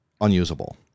unusable